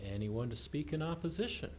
and he want to speak in opposition